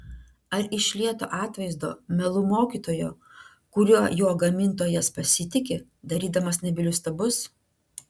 ar iš lieto atvaizdo melų mokytojo kuriuo jo gamintojas pasitiki darydamas nebylius stabus